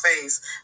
face